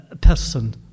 person